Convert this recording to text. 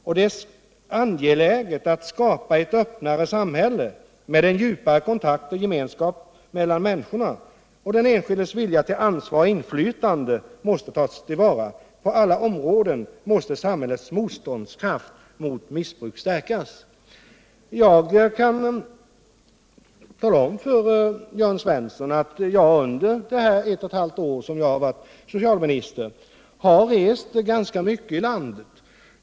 Det är angeläget att skapa ett öppnare samhälle med en djupare kontakt och gemenskap mellan människorna. Den enskildes vilja till ansvar och inflytande måste tas till vara. På alla områden måste samhällets motståndskraft mot missbruk stärkas.” Jag kan tala om för Jörn Svensson att jag under den tid, ett och ett halvt år, som jag varit socialminister har rest ganska mycket i landet.